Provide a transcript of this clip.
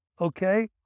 okay